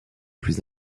plus